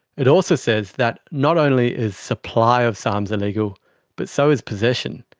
it also says that not only is supply of sarms illegal but so is possession.